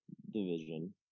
division